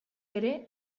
ere